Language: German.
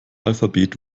alphabet